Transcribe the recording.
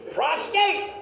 Prostate